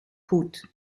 goed